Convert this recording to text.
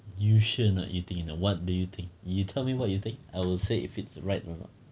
you should or not you think what do you think you tell me what you think I will say if it's right or not